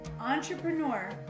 entrepreneur